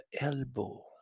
elbow